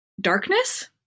darkness